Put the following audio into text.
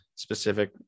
specific